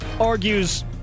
argues